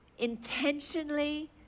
intentionally